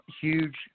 huge